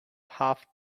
half